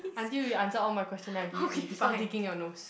until you answer all my question then I give it to you stop digging your nose